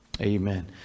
Amen